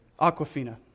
Aquafina